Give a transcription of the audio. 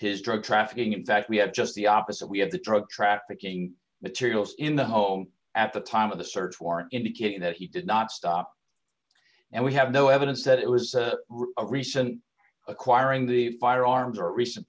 his drug trafficking in fact we have just the opposite we have the drug trafficking materials in the home at the time of the search warrant indicating that he did not stop and we have no evidence that it was recent acquiring the firearms or recent